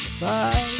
Bye